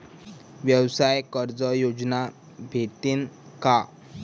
व्यवसाय कर्ज योजना भेटेन का?